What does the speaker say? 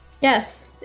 yes